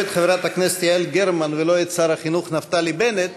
לא את חברת הכנסת יעל גרמן ולא את שר החינוך נפתלי בנט,